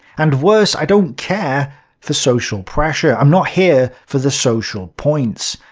and worse, i don't care for social pressure. i'm not here for the social points.